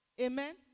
Amen